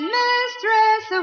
mistress